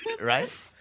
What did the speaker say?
right